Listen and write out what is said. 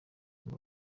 ngo